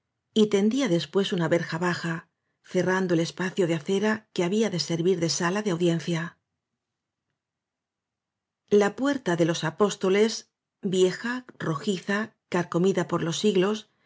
y tendía después una verja baja cerrando el espacio de acera que había de servir de sala de audiencia la puerta de los apóstoles vieja rojiza carcomida por los siglos